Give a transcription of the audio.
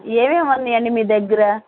ఏమేమి ఉన్నాయండి మీ దగ్గిరా